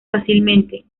fácilmente